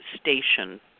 station